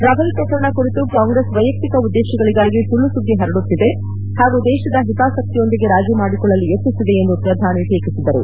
Rafale ಪ್ರಕರಣ ಕುರಿತು ಕಾಂಗ್ರೆಸ್ ವೈಯಕ್ತಿಕ ಉದ್ದೇಶಗಳಗಾಗಿ ಸುಳ್ಳು ಸುದ್ದಿ ಪರಡುತ್ತಿದೆ ಹಾಗೂ ದೇಶದ ಹಿತಾಸಕ್ತಿಯೊಂದಿಗೆ ರಾಜೀ ಮಾಡಿಕೊಳ್ಳಲು ಯತ್ನಿಸಿದೆ ಎಂದು ಪ್ರಧಾನಿ ಟೀಕಿಸಿದರು